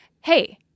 hey